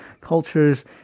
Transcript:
cultures